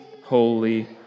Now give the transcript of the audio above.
holy